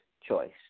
choice